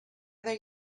they